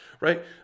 right